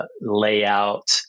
layout